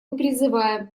призываем